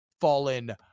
fallen